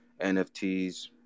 NFTs